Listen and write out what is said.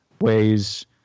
ways